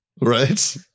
right